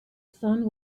sun